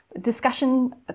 discussion